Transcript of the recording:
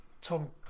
Tom